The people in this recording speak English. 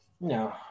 No